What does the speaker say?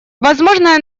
возможное